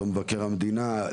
או מבקר המדינה,